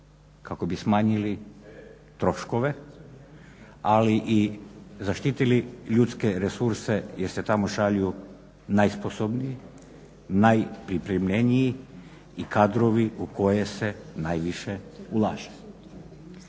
kako bi smanjili troškove ali i zaštitili ljudske resurse jer se tamo šalju najsposobniji, najpripremljeniji i kadrovi u koje se najviše ulaže.